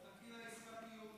חכי לעסקת טיעון,